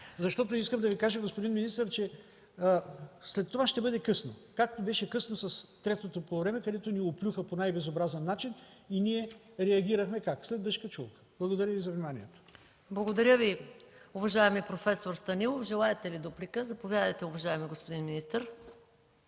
Защото искам да Ви кажа, господин министър, че след това ще бъде късно, както беше късно с „Третото полувреме”, където ни оплюха по най-безобразен начин и ние реагирахме как? След дъжд качулка. Благодаря Ви за вниманието. ПРЕДСЕДАТЕЛ МАЯ МАНОЛОВА: Благодаря Ви, уважаеми проф. Станилов. Желаете ли дуплика? Заповядайте, уважаеми господин министър.